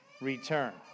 return